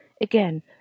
Again